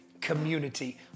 community